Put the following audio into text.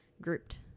grouped